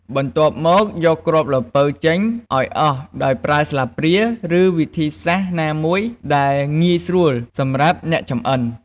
បន្ទាប់មក យកគ្រាប់ល្ពៅចេញឱ្យអស់ដោយប្រើស្លាបព្រា ឬវិធីសាស្ត្រណាមួយដែលងាយស្រួលសម្រាប់អ្នកចំអិន។